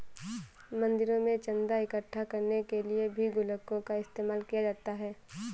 मंदिरों में चन्दा इकट्ठा करने के लिए भी गुल्लकों का इस्तेमाल किया जाता है